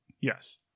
Yes